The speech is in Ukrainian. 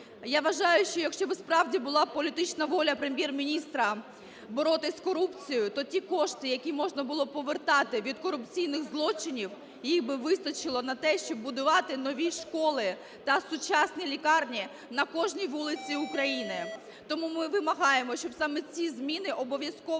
Я вважаю, що якщо би справді була політична воля Прем’єр-міністра боротися з корупцією, то ті кошти, які можна було б повертати від корупційних злочинів, їх би вистачило на те, щоб будувати нові школи та сучасні лікарні на кожній вулиці України. Тому ми вимагаємо, щоб саме ці зміни обов'язково